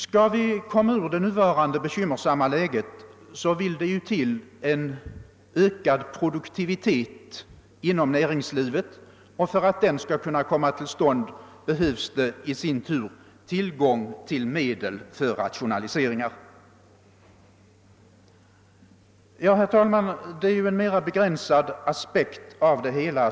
Skall vi komma ur det nuvarande bekymmersamma läget vill det ju till en ökad produktivitet inom näringslivet, och för att den skall komma till stånd behövs det i sin tur tillgång till medel för rationaliseringar. Herr talman! Motionen aktualiserar en mera begränsad aspekt av det hela.